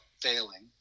failing